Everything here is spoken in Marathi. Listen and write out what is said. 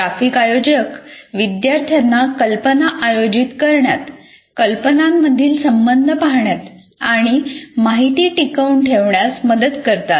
ग्राफिक आयोजक विद्यार्थ्यांना कल्पना आयोजित करण्यात कल्पनांमधील संबंध पहाण्यात आणि माहिती टिकवून ठेवण्यास मदत करतात